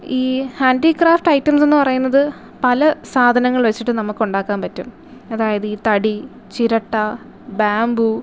ഈ handicraft items എന്നു പറയുന്നത് പല സാധനങ്ങൾ വച്ചിട്ട് നമുക്ക് ഉണ്ടാക്കാൻ പറ്റും അതായത് ഈ തടി ചിരട്ട ബാംബൂ